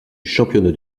championnat